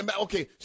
Okay